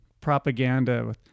propaganda